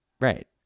right